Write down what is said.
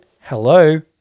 hello